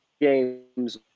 games